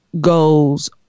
goes